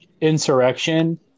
Insurrection